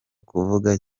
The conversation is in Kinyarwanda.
kuvuga